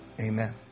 Amen